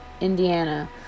Indiana